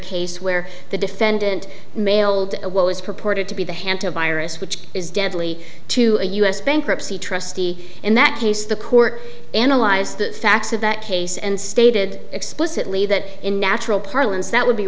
case where the defendant mailed what was purported to be the hanta virus which is deadly to a u s bankruptcy trustee in that case the court analyzed the facts of that case and stated explicitly that in natural parlance that would be